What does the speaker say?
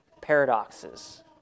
paradoxes